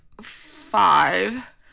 Five